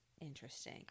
interesting